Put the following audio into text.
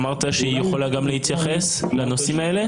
אמרת שהיא יכולה גם להתייחס לנושאים האלה.